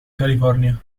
california